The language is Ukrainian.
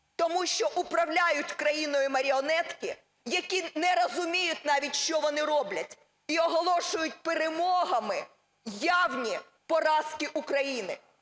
тому що управляють країною маріонетки, які не розуміють навіть, що вони роблять, і оголошують перемогами явні поразки України.